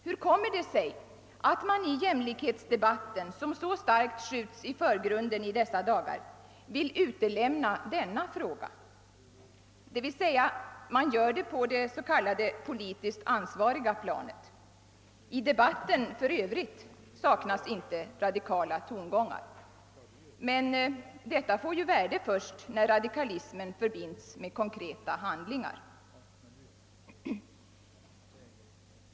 Hur kommer det sig att man i jäm likhetsdebatten, som i dessa dagar så starkt skjuts i förgrunden, vill utesluta denna fråga? Man gör det åtminstone på det s.k. politiskt ansvariga planet i debatten — i övrigt saknas som bekant inte radikala tongångar. Men detta får ju värde först när radikalismen förbinds med konkreta handlingar.